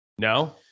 No